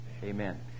Amen